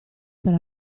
per